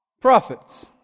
prophets